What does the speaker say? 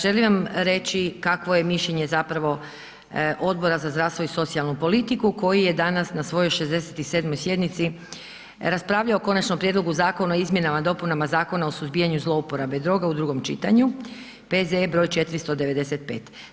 Želim vam reći kakvo je mišljenje zapravo Odbora za zdravstvo i socijalnu politiku koji je danas na svojoj 67. sjednici raspravljao o Konačnom prijedlogu Zakona o izmjenama i dopunama Zakona o suzbijanju zlouporabe droga, u drugom čitanju, P.Z.E. broj 495.